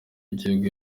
y’igihugu